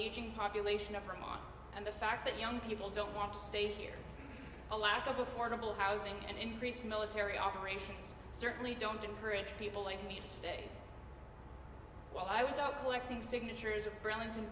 aging population of vermont and the fact that young people don't want to stay here a lack of affordable housing and increased military operations certainly don't encourage people like me to stay while i was out working signatures of burlington